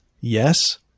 yes